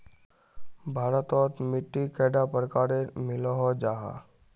भारत तोत मिट्टी कैडा प्रकारेर मिलोहो जाहा?